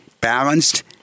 balanced